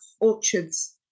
orchards